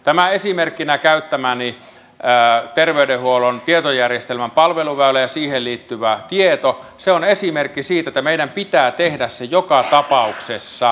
tämä esimerkkinä käyttämäni terveydenhuollon tietojärjestelmän palveluväylä ja siihen liittyvä tieto on esimerkki siitä että meidän pitää tehdä se joka tapauksessa